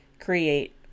create